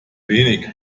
wenig